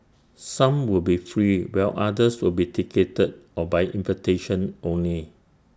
some will be free while others will be ticketed or by invitation only